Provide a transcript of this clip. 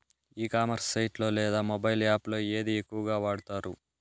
ఈ commerce site లో లేదా మొబైల్ యాప్ లో ఏది ఎక్కువగా వాడుతారు?